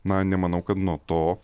na nemanau kad nuo to